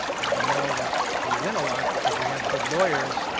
and i know that we win a lot because we have good lawyers,